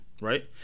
right